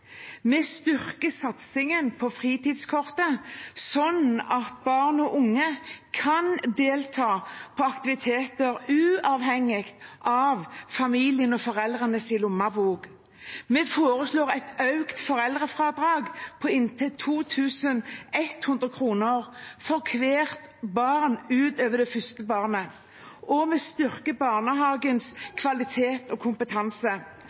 Vi styrker satsingen på fritidskortet, slik at barn og unge kan delta på aktiviteter uavhengig av familiens og foreldrenes lommebok. Vi foreslår et økt foreldrefradrag på inntil 2 100 kr for hvert barn utover det første barnet, og vi styrker barnehagens kvalitet og kompetanse